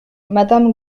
madame